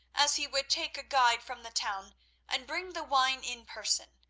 as he would take a guide from the town and bring the wine in person,